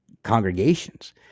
congregations